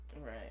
right